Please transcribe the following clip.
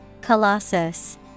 Colossus